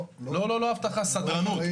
לא אבטחה, סדרנות.